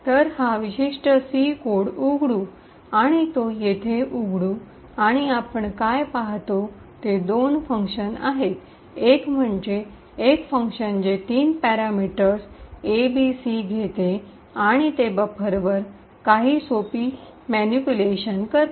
तर हा विशिष्ट सी कोड उघडू आणि तो येथे उघडू आणि आपण काय पाहतो ते दोन फंक्शन्स आहेत एक म्हणजे एक फंक्शन जे तीन पॅरामीटर्स ए बी आणि सी घेते आणि ते बफरवर काही सोपी हालचाल म्यानुप्युलेशन - manipulation करते